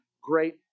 great